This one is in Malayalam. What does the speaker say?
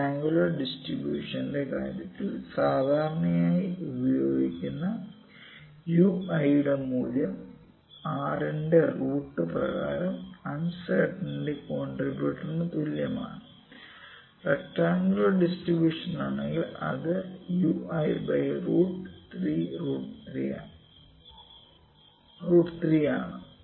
ട്രയൻങ്കുലർ ഡിസ്ട്രിബൂഷൻത്തിന്റെ കാര്യത്തിൽ സാധാരണയായി ഉപയോഗിക്കുന്ന Ui യുടെ മൂല്യം 6 ന്റെ റൂട്ട് √6 പ്രകാരം അൺസെര്ടിനിറ്റി കോണ്ട്രിബ്യുട്ടർനു തുല്യമാണ് റെക്ടറാങ്കുലർ ഡിസ്ട്രിബൂഷനാണെങ്കിൽ അത് Ui ബൈ റൂട്ട് 3 √3 ആണ്